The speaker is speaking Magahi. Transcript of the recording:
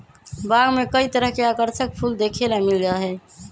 बाग में कई तरह के आकर्षक फूल देखे ला मिल जा हई